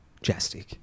Jastic